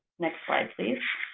next slide please.